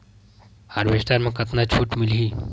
Harvester म कतका छूट मिलही?